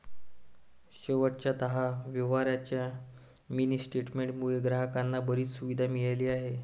शेवटच्या दहा व्यवहारांच्या मिनी स्टेटमेंट मुळे ग्राहकांना बरीच सुविधा मिळाली आहे